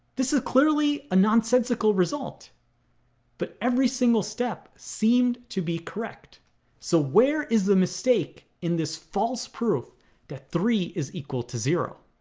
this is clearly a nonsensical result but every single step seemed to be correct so where is the mistake in this false proof that three is equal to zero?